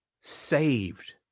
saved